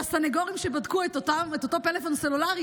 והסנגורים שבדקו את אותו טלפון סלולרי,